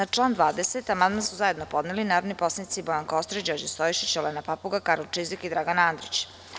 Na član 20. amandman su zajedno podneli narodni poslanici Bojan Kostreš, Đorđe Stojšić, Olena Papuga, Karolj Čizik i Dragan Andrić.